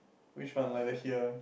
which one like the here